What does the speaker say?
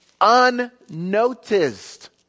unnoticed